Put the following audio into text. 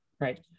right